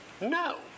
No